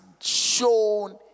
shown